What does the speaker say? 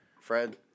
Fred